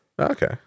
Okay